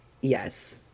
Yes